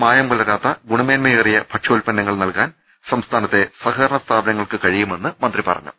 മായം കലരാത്ത ഗുണമേൻമയേറിയ ഭക്ഷ്യാ ത്പന്നങ്ങൾ നൽകാൻ സംസ്ഥാനത്തെ സഹകരണ സ്ഥാപ നങ്ങൾക്ക് കഴിയുമെന്ന് മന്ത്രി പറഞ്ഞു